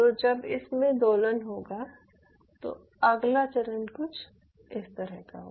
तो जब इसमें दोलन होगा तो अगला चरण कुछ इस तरह का होगा